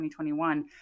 2021